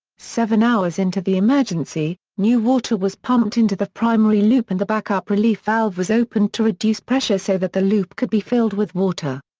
seven hours into the emergency, new water was pumped into the primary loop and the backup relief valve was opened to reduce pressure so that the loop could be filled with water.